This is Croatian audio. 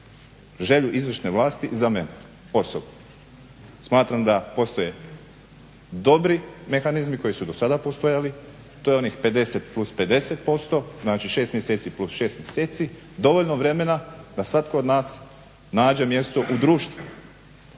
želju izvršne vlasti za mene osobno. Smatram da postoje dobri mehanizmi koji su i dosada postojali, to je onih 50+50%, znači 6 mjeseci + 6 mjeseci dovoljno vremena da svatko od nas nađe mjesto u društvu.